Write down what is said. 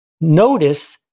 Notice